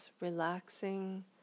relaxing